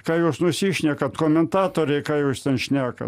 ką jūs nusišnekat komentatoriai ką jūs ten šnekat